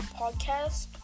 podcast